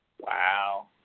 Wow